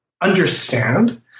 understand